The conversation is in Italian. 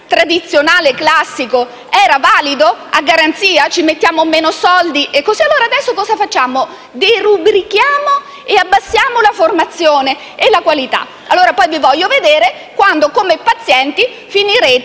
tradizionale classico era valido. E, a garanzia, ci mettiamo meno soldi? Allora adesso cosa facciamo: derubrichiamo e diminuiamo la formazione e la qualità? Poi, però, voglio vedervi quando, come pazienti, finirete